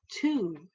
two